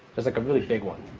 there's like a really big one.